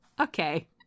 Okay